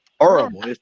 Horrible